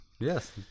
Yes